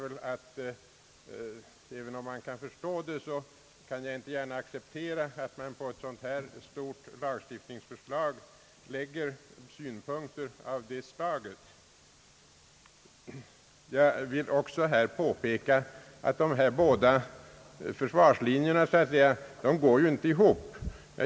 även om jag kan förstå en sådan synpunkt kan jag dock inte gärna acceptera att man på ett så stort lagstiftningsförslag som detta lägger synpunkter av det slaget. Jag vill också påpeka att de här båda så att säga försvarslinjerna ju inte går ihop.